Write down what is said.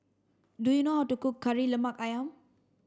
do you know how to cook Kari Lemak Ayam